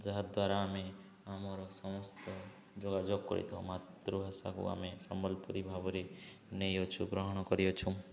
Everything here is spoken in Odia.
ଯାହାଦ୍ୱାରା ଆମେ ଆମର ସମସ୍ତ ଯୋଗାଯୋଗ କରିଥାଉ ମାତୃଭାଷାକୁ ଆମେ ସମ୍ବଲପୁରୀ ଭାବରେ ନେଇ ଅଛୁ ଗ୍ରହଣ କରିଅଛୁ